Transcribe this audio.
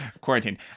Quarantine